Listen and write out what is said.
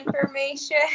information